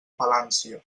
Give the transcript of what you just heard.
palància